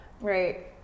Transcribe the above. right